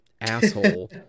asshole